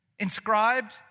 Inscribed